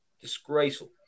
Disgraceful